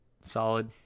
Solid